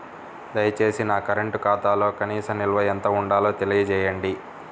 దయచేసి నా కరెంటు ఖాతాలో కనీస నిల్వ ఎంత ఉండాలో తెలియజేయండి